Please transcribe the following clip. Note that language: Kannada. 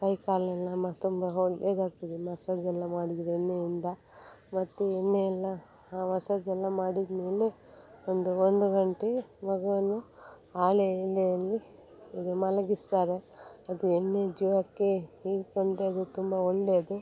ಕೈ ಕಾಲನ್ನೆಲ್ಲ ಮ ತುಂಬ ಒಳ್ಳೆಯದಾಗ್ತದೆ ಮಸಾಜೆಲ್ಲ ಮಾಡಿದರೆ ಎಣ್ಣೆಯಿಂದ ಮತ್ತು ಎಣ್ಣೆ ಎಲ್ಲ ಮಸಾಜೆಲ್ಲ ಮಾಡಿದಮೇಲೆ ಒಂದು ಒಂದು ಗಂಟೆ ಮಗುವನ್ನು ಆಲೆ ಎಲೆಯಲ್ಲಿ ಹೀಗೆ ಮಲಗಿಸ್ತಾರೆ ಅದು ಎಣ್ಣೆ ಜೀವಕ್ಕೆ ಹೀರಿಕೊಂಡರೆ ಅದು ತುಂಬ ಒಳ್ಳೆಯದು